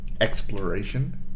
exploration